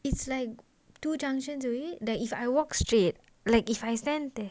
it's like two junction away that if like I walk straight like if I stand there